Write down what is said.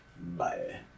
bye